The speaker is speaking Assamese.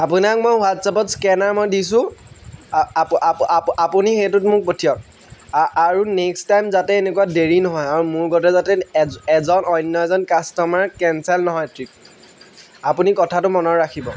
আপোনাক মই হোৱাটছআপত স্কেনাৰ মই দিছোঁ আপুনি সেইটোত মোক পঠিয়ক আৰু নেক্সট টাইম যাতে এনেকুৱা দেৰি নহয় আৰু মোৰ গতে যাতে এজন অন্য এজন কাষ্টমাৰ কেঞ্চেল নহয় ট্ৰিপ আপুনি কথাটো মনত ৰাখিব